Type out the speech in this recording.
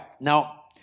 Now